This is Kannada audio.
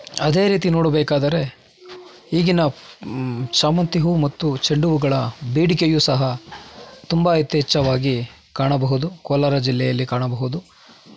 ಅದೇ ರೀತಿ ನೋಡಬೇಕಾದರೆ ಈಗಿನ ಶಾಮಂತಿ ಹೂವು ಮತ್ತು ಚೆಂಡು ಹೂವುಗಳ ಬೇಡಿಕೆಯು ಸಹ ತುಂಬ ಯಥೇಚ್ಚವಾಗಿ ಕಾಣಬಹುದು ಕೋಲಾರ ಜಿಲ್ಲೆಯಲ್ಲಿ ಕಾಣಬಹುದು